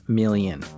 million